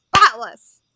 spotless